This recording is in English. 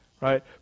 Right